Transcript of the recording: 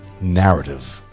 narrative